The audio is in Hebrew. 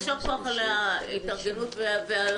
יישר כוח על ההתארגנות וההיערכות.